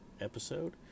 episode